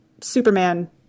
Superman